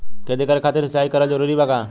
खेती करे खातिर सिंचाई कइल जरूरी बा का?